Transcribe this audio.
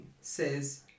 says